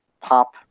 pop